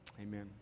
amen